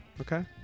Okay